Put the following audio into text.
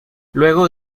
luego